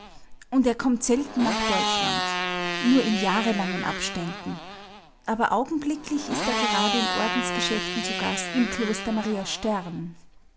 und er kommt selten nach deutschland nur in jahrelangen abständen aber augenblicklich ist er gerade in ordensgeschäften zu gast im kloster maria stern